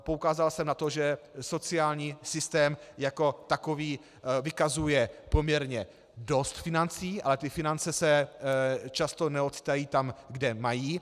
Poukázal jsem na to, že sociální systém jako takový vykazuje poměrně dost financí, ale ty finance se často neodtají tam, kde mají.